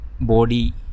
body